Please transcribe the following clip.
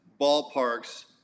ballparks